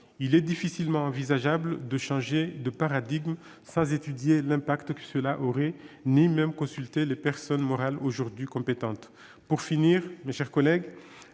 Il est difficilement envisageable de changer de paradigme sans étudier l'impact que cela aurait ou sans même consulter les personnes morales aujourd'hui compétentes. Pour conclure, mes chers collègues,